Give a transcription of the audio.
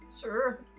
Sure